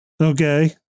Okay